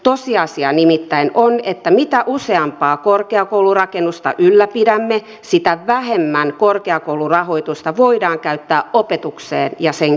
tosiasia nimittäin on että mitä useampaa korkeakoulurakennusta ylläpidämme sitä vähemmän korkeakoulurahoitusta voidaan käyttää opetukseen ja sen kehittämiseen